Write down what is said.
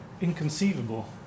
inconceivable